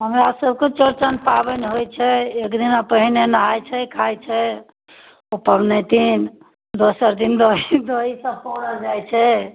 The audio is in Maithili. हमरा सबके चौरचन पाबनि होइत छै एक दिना पहिने नहाइ छै खाइत छै ओ पबनैतिन दोसर दिन दही दही सब पौरल जाइत छै